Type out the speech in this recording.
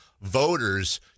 voters